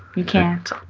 you can't.